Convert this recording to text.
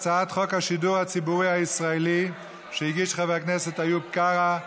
על הצעת חוק השידור הציבורי הישראלי שהגיש חבר הכנסת איוב קרא.